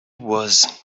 was